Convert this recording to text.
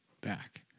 back